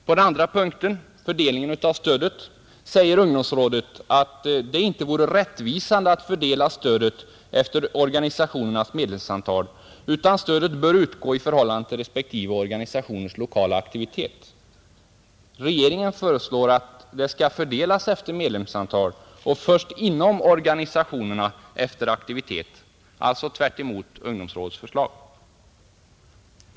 På den andra punkten — fördelningen av stödet — säger ungdomsrådet att det inte vore rättvisande att fördela stödet efter organisationernas medlemsantal, utan stödet bör utgå i förhållande till respektive organisationers lokala aktivitet. Regeringen föreslår att anslaget skall fördelas efter medlemsantal och först inom organisationerna efter aktivitet — alltså tvärtemot ungdomsrådets förslag.